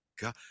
god